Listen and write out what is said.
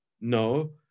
No